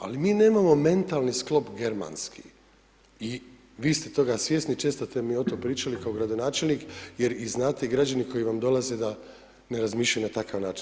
Ali mi nemamo mentalni sklop germanski i vi ste toga svjesni, često ste mi o tome pričali kao gradonačelnik jer i znate građani koji vam dolaze ne razmišljaju na takav način.